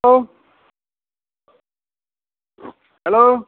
hello hello